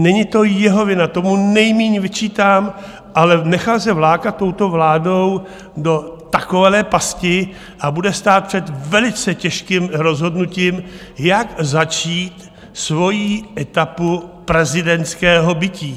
Není to jeho vina, to mu nejmíň vyčítám, ale nechal se vlákat touto vládou do takové pasti a bude stát před velice těžkým rozhodnutím, jak začít svoji etapu prezidentského bytí.